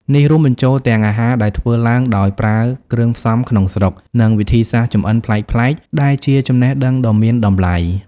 នេះរួមបញ្ចូលទាំងអាហារដែលធ្វើឡើងដោយប្រើគ្រឿងផ្សំក្នុងស្រុក និងវិធីសាស្រ្តចម្អិនប្លែកៗ ដែលជាចំណេះដឹងដ៏មានតម្លៃ។